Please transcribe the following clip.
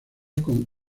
con